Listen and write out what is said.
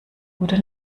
gute